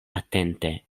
atente